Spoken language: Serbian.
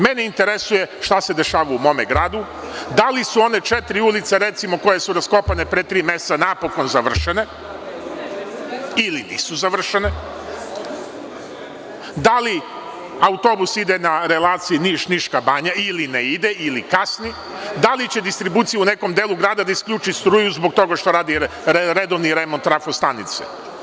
Mene interesuje šta se dešava u mome gradu, da li su, recimo, one četiri ulice koje su raskopane pre tri meseca napokon završene ili nisu završene, da li autobus ide na relaciji Niš – Niška Banja, ili ne ide ili kasni, da li će distribucija u nekom delu grada da isključi struju zbog toga što radi redovni remont trafo stanice.